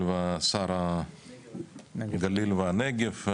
הנגב והגליל.